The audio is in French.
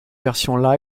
versions